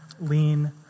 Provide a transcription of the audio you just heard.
lean